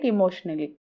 Emotionally